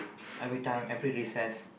every time every recess